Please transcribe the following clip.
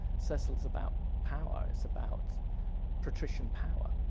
cecil is about power. it's about patrician power.